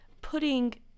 putting